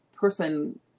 person